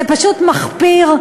זה פשוט מחפיר.